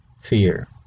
Fear